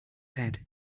head